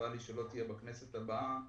חבל לי שלא תהיה בכנסת הבאה